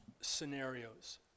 scenarios